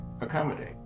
accommodate